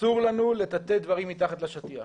אסור לנו לטאטא דברים מתחת לשטיח.